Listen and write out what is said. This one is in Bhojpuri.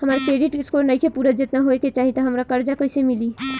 हमार क्रेडिट स्कोर नईखे पूरत जेतना होए के चाही त हमरा कर्जा कैसे मिली?